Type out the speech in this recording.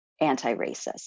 anti-racist